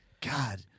God